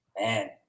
Man